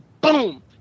boom